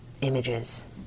images